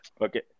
Okay